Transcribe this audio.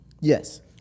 Yes